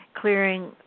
clearing